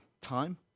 Time